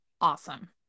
awesome